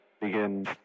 begins